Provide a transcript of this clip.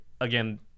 Again